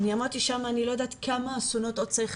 אני אמרתי שם שאני לא יודעת כמה אסונות עוד צריכים